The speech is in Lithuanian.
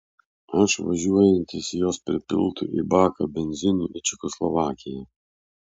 aš važiuojantis jos pripiltu į baką benzinu į čekoslovakiją